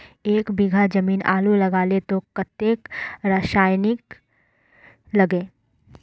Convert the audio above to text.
एक बीघा जमीन आलू लगाले तो कतेक रासायनिक लगे?